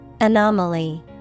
Anomaly